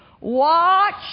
Watch